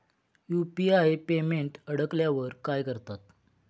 UPI payment अडकल्यावर काय करतात?